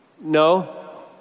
No